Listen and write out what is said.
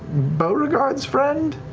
beauregard's friend?